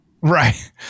Right